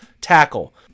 tackle